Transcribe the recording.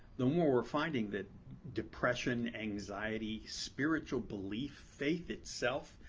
the more we're finding that depression, anxiety, spiritual belief, faith itself,